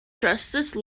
justice